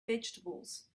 vegetables